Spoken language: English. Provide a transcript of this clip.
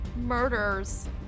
murders